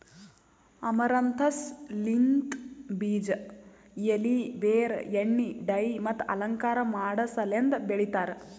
amaranthus ಲಿಂತ್ ಬೀಜ, ಎಲಿ, ಬೇರ್, ಎಣ್ಣಿ, ಡೈ ಮತ್ತ ಅಲಂಕಾರ ಮಾಡಸಲೆಂದ್ ಬೆಳಿತಾರ್